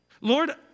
Lord